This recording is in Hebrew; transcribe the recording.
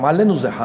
גם עלינו זה חל.